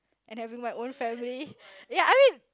and having my own family ya I mean